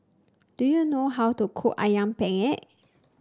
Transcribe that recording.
do you know how to cook ayam Penyet